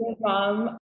mom